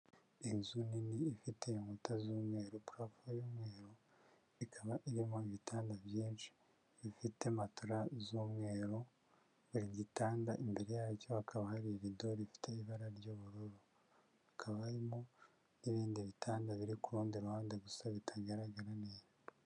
Inzu nini ifite inkuta z'umweru, purafo y'umweru ikaba irimo ibitanda byinshi, ifite matera z'umweru buri gitanda imbere yacyo hakaba hari irido rifite ibara ry'ubururu, hakaba harimo n'ibindi bitanda biri ku rundi ruhande gusa bitagaragara neza.